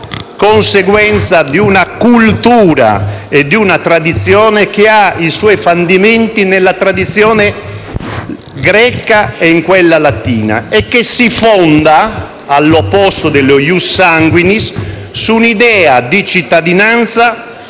conseguenza di una cultura e di una tradizione che ha i suoi fondamenti nella tradizione greca e in quella latina e che si fonda, all'opposto dello *ius sanguinis*, su una idea di cittadinanza